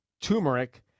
turmeric